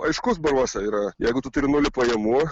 aiškus baruose yra jeigu tu turi nulį pajamų